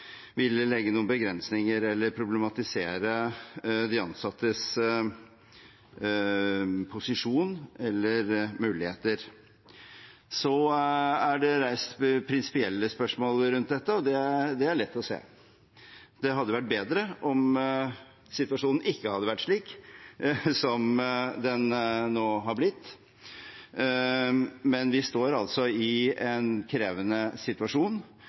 ville legge noen begrensninger på eller problematisere de ansattes posisjon eller muligheter. Så er det reist prinsipielle spørsmål rundt dette, og det er lett å se. Det hadde vært bedre om situasjonen ikke hadde vært slik som den nå har blitt. Men vi står altså i en krevende situasjon,